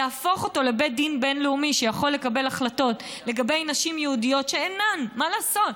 לבית דין בין-לאומי שיכול לקבל החלטות לגבי נשים יהודיות שמה לעשות,